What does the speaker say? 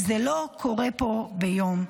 "זה לא קורה ביום.